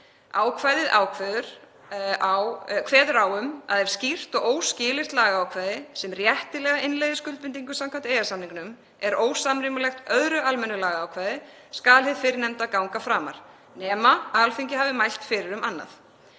Ákvæðið kveður á um að ef skýrt og óskilyrt lagaákvæði sem réttilega innleiðir skuldbindingu samkvæmt EES-samningnum er ósamrýmanlegt öðru almennu lagaákvæði skal hið fyrrnefnda ganga framar, nema Alþingi hafi mælt fyrir um annað.